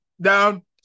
down